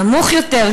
נמוך יותר?